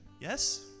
Yes